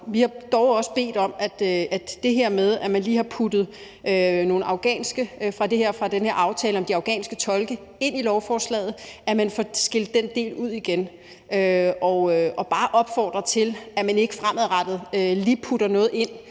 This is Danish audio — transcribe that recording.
i forhold til at man lige har puttet nogle afghanere fra den her aftale om de afghanske tolke ind i lovforslaget, får skilt den del ud igen, og vi vil bare opfordre til, at man ikke fremadrettet lige putter noget ind